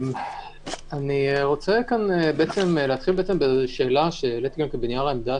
אני רוצה להתחיל בשאלה שהעליתם בנייר העמדה